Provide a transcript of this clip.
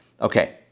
Okay